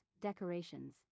decorations